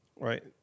right